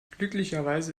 glücklicherweise